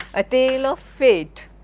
a tale of fate.